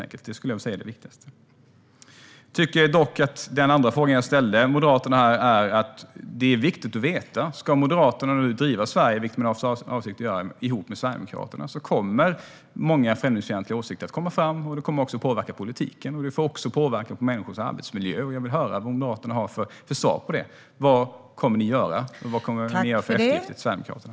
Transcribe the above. När det gäller den andra frågan jag ställde tycker jag att det är viktigt att få svar från Moderaterna. Om Moderaterna ska driva Sverige ihop med Sverigedemokraterna, vilket man har för avsikt att göra, kommer många främlingsfientliga åsikter att komma fram, och det kommer också att påverka både politiken och människors arbetsmiljö. Vad kommer ni att göra för eftergifter till Sverigedemokraterna?